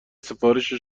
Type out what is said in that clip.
سفارش